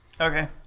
Okay